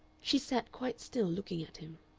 she sat quite still looking at him.